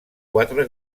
quatre